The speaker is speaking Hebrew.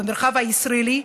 במרחב הישראלי,